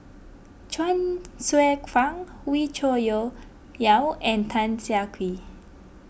Chuang Hsueh Fang Wee Cho Yaw and Tan Siah Kwee